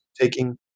taking